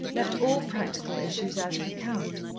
left all practical issues out of account.